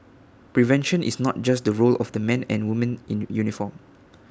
prevention is not just the role of the men and women in uniform